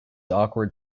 awkward